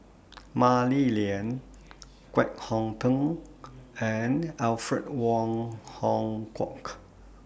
Mah Li Lian Kwek Hong Png and Alfred Wong Hong Kwok